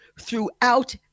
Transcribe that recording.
throughout